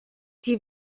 die